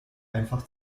einfach